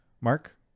Mark